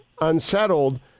unsettled